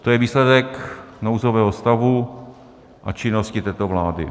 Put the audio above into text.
To je výsledek nouzového stavu a činnosti této vlády.